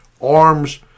arms